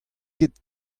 ket